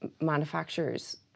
manufacturers